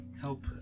help